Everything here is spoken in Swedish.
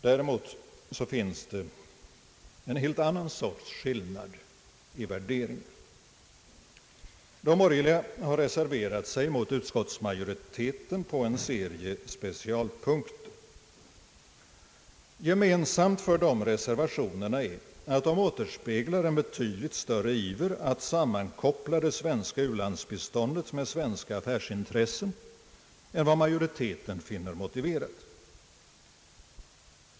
Däremot finns en annan sorts skillnad i värdering. De borgerliga har reserverat sig mot utskottsmajoriteten på en serie specialpunkter. Gemensamt för dessa reservationer är att de återspeglar en betydligt större iver att sammankoppla det svenska u-landsbiståndet med svenska affärsintressen än vad majoriteten finner motiverat.